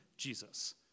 Jesus